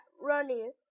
running